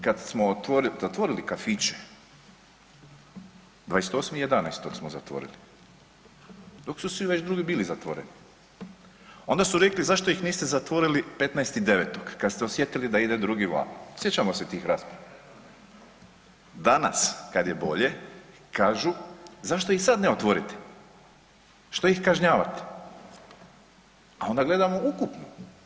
Kad smo zatvorili kafiće 28.11. smo zatvorili dok su svi već drugi bili zatvoreni onda su rekli zašto ih niste zatvorili 15.9. kad ste osjetili da ide drugi val, sjećamo se tih rasprava, danas kad je bolje kažu zašto ih sad ne otvorite, što ih kažnjavate, a onda gledamo ukupno.